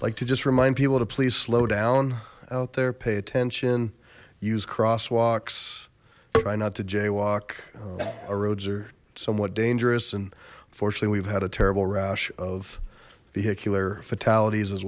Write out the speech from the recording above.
like to just remind people to please slow down out there pay attention use crosswalks try not to jaywalk our roads are somewhat dangerous and unfortunately we've had a terrible rash of vehicular fatalities as